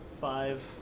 five